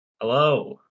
Hello